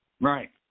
Right